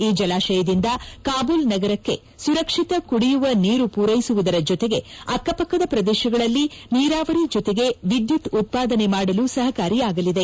ಈ ಜಲಾಶಯದಿಂದ ಕಾಬೂಲ್ ನಗರಕ್ಕೆ ಸುರಕ್ಷಿತ ಕುಡಿಯುವ ನೀರು ಪೂರೈಸುವುದರ ಜೊತೆಗೆ ಅಕ್ಕಪಕ್ಕದ ಪ್ರದೇಶಗಳಲ್ಲಿ ನೀರಾವರಿ ಜೊತೆಗೆ ವಿದ್ಯುತ್ ಉತ್ಪಾದನೆ ಮಾಡಲು ಸಹಕಾರಿಯಾಗಲಿದೆ